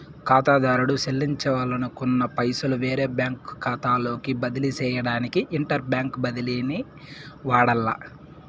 కాతాదారుడు సెల్లించాలనుకున్న పైసలు వేరే బ్యాంకు కాతాలోకి బదిలీ సేయడానికి ఇంటర్ బ్యాంకు బదిలీని వాడాల్ల